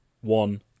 one